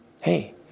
hey